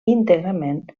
íntegrament